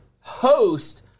host